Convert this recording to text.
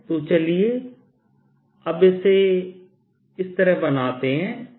तो चलिए अब इसे इस तरह बनाते हैं